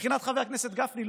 מבחינת חבר הכנסת גפני,